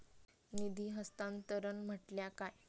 निधी हस्तांतरण म्हटल्या काय?